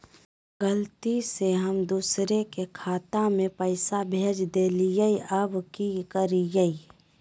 गलती से हम दुसर के खाता में पैसा भेज देलियेई, अब की करियई?